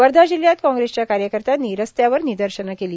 वर्धा जिल्ह्यात काँग्रेसच्या कार्यकर्त्यांनी रस्त्यावर निदर्शनं केली